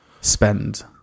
spend